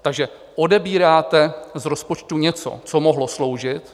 Takže odebíráte z rozpočtu něco, co mohlo sloužit.